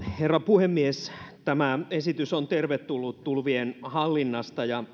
herra puhemies tämä esitys tulvien hallinnasta ja